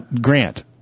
Grant